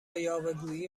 یاوهگویی